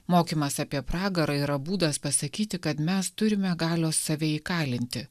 mokymas apie pragarą yra būdas pasakyti kad mes turime galios save įkalinti